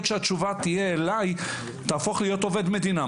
שהתשובה אליי תהיה: תהפוך להיות עובד מדינה.